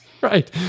Right